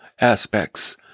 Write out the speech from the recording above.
aspects